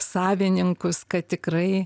savininkus kad tikrai